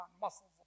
muscles